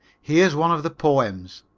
here's one of the poems